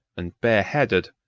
and bare-headed,